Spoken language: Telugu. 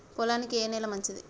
పొలానికి ఏ నేల మంచిది?